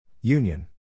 Union